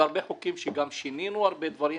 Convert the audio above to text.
והרבה חוקים שגם שינינו הרבה דברים